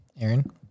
Aaron